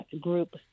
Group